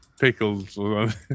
Pickles